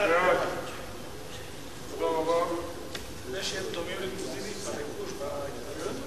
ההצעה להעביר את הנושא לוועדת הפנים והגנת הסביבה